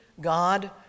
God